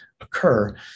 occur